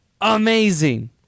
amazing